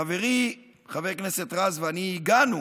חברי חבר הכנסת רז ואני הגענו